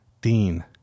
Dean